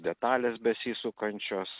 detalės besisukančios